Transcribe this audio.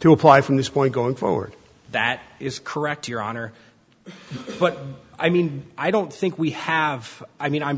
to apply from this point going forward that is correct your honor but i mean i don't think we have i mean i'm